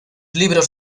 libros